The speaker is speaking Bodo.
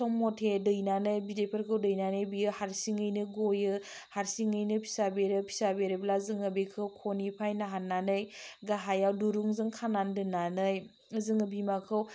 सम मथे दैनानै बिदैफोरखौ दैनानै बियो हारसिङैनो गयो हारसिङैनो फिसा बेरो फिसा बेरोब्ला जोङो बेखौ ख'निफ्रायनो हाननानै गाहायाव दुरुंजों खानानै दोन्नानै जोङो बिमाखौ